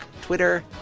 Twitter